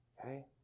okay